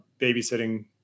babysitting